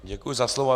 Děkuji za slovo.